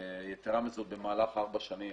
יתרה מזאת, במהלך ארבע שנים